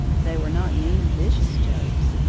they were not mean, vicious jokes.